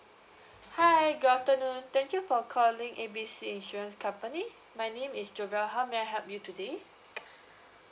hi good afternoon thank you for calling A B C insurance company my name is jovelle how may I help you today